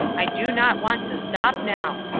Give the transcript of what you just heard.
i do not want to stop now,